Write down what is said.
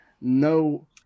no